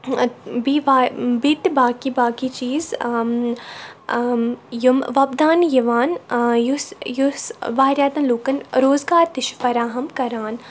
B واے بیٚیہِ تہِ باقٕے باقٕے چیٖز یِم وۄبدانہٕ یِوان یُس یُس واریاہ تَن لُکَن روزگار تہِ چھِ فَراہَم کَران